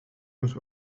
eens